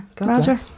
Roger